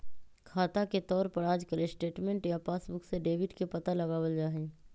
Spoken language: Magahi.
खाता के तौर पर आजकल स्टेटमेन्ट या पासबुक से डेबिट के पता लगावल जा हई